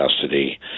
custody